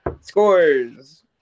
Scores